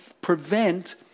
prevent